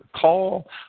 call